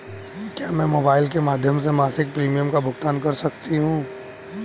क्या मैं मोबाइल के माध्यम से मासिक प्रिमियम का भुगतान कर सकती हूँ?